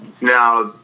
Now